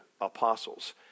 apostles